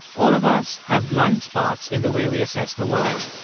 all of us have blind spots in the way we assess the world.